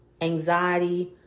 anxiety